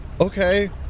okay